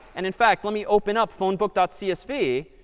and in fact, let me open up phone book dot csv.